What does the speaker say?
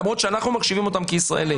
למרות שאנחנו מחשיבים אותם כישראלים.